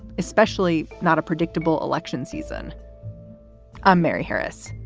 especially not a predictable election season i'm mary harris.